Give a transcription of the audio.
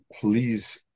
please